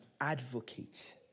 advocate